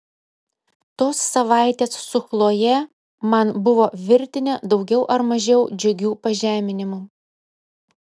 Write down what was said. tos savaitės su chloje man buvo virtinė daugiau ar mažiau džiugių pažeminimų